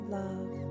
love